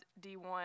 D1